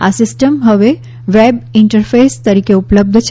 આ સિસ્ટમ હવે web interface તરીકે ઉપલબ્ધ છે